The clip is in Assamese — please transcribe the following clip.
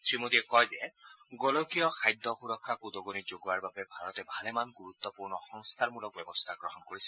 শ্ৰীমোদীয়ে কয় যে গোলকীয় খাদ্য সূৰক্ষাক উদগনি জগোৱাৰ বাবে ভাৰতে ভালেমান গুৰুত্পূৰ্ণ সংস্থাৰমূলক ব্যৱস্থা গ্ৰহণ কৰিছে